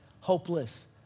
hopeless